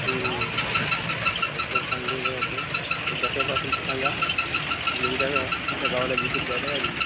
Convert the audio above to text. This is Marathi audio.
पाईपलाईन चांगली उग्यात बसवायचं असेल तर सांगा आम्ही उद्या तुमच्या गावाला विजीट द्यायला यायलो